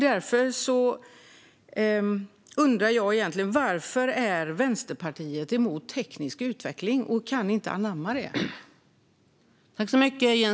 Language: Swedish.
Därför undrar jag: Varför är Vänsterpartiet emot teknisk utveckling? Varför kan ni inte anamma den?